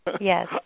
Yes